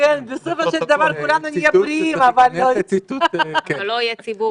בסופו של דבר כולנו נהיה בריאים אבל --- אבל לא יהיה ציבור.